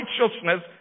righteousness